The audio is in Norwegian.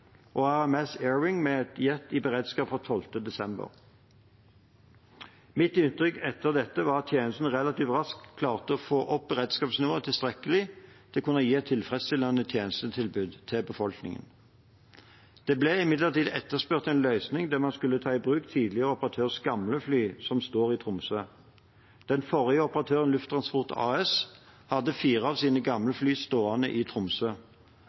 og AMS/Airwing med en jet i beredskap fra 12. desember. Mitt inntrykk etter dette var at tjenesten relativt raskt klarte å få opp beredskapsnivået tilstrekkelig til å kunne gi et tilfredsstillende tjenestetilbud til befolkningen. Det ble imidlertid etterspurt en løsning der man skulle ta i bruk tidligere operatørs gamle fly som står i Tromsø. Den forrige operatøren Lufttransport AS hadde fire av sine gamle fly stående i Tromsø.